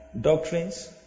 Doctrines